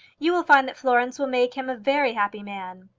you will find that florence will make him a very happy man.